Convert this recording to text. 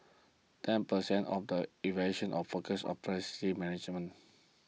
and ten percent of the evaluation of focus on management